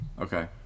Okay